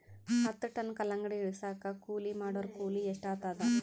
ಹತ್ತ ಟನ್ ಕಲ್ಲಂಗಡಿ ಇಳಿಸಲಾಕ ಕೂಲಿ ಮಾಡೊರ ಕೂಲಿ ಎಷ್ಟಾತಾದ?